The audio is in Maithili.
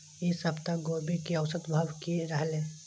ई सप्ताह गोभी के औसत भाव की रहले?